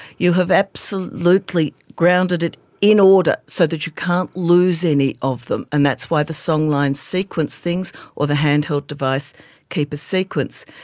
you have absolutely grounded it in order, so that you can't lose any of them, and that's why the songlines sequence things or the hand-held device keep a sequence.